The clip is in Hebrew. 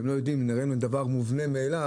שהם לא יודעים ונראה להם דבר מובנה מאליו,